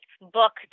book